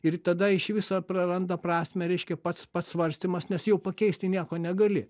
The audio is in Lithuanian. ir tada iš viso praranda prasmę reiškia pats pats svarstymas nes jau pakeisti nieko negali